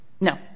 No